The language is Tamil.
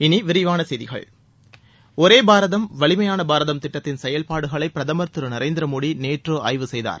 இனி விரிவான செய்திகள் ஒரே பாரதம் வலிமையான பாரதம் திட்டத்தின் செயல்பாடுகளை பிரதமர் திரு நரேந்திர மோடி நேற்று ஆய்வு செய்தார்